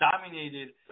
dominated